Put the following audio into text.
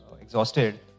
exhausted